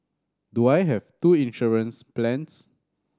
do I have two insurance plans